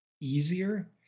easier